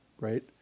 right